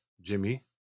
Jimmy